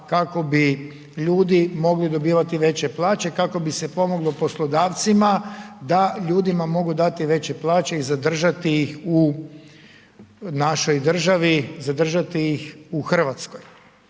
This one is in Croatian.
kako bi ljudi mogli dobivati veće plaće, kako bi se pomoglo poslodavcima da ljudima mogu dati veće plaće i zadržati ih u našoj državi, zadržati ih u Hrvatskoj.